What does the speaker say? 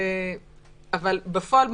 בפועל,